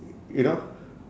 y~ you know